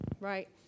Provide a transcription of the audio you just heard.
Right